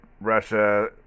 Russia